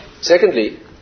Secondly